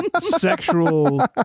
sexual